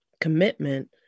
commitment